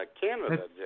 Canada